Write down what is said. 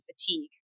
fatigue